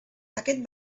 aquest